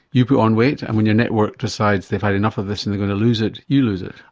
you put on weight, and when your network decides that had enough of this and they're going to lose it, you lose it.